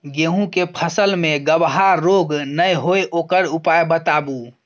गेहूँ के फसल मे गबहा रोग नय होय ओकर उपाय बताबू?